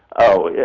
oh, yeah